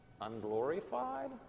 unglorified